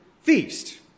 feast